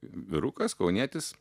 vyrukas kaunietis